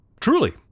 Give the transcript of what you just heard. Truly